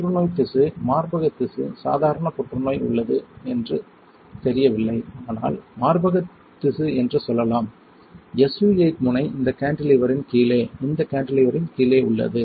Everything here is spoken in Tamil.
புற்றுநோய் திசு மார்பக திசு சாதாரண Refer Time 1650 புற்றுநோய் உள்ளது எனக்கு தெறியவில்லை ஆனால் மார்பக திசு என்று சொல்லலாம் SU 8 முனை இந்த கான்டிலீவரின் கீழே இந்த கான்டிலீவரின் கீழே உள்ளது